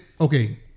Okay